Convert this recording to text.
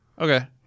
Okay